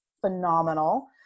phenomenal